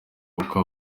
kuko